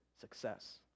success